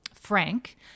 frank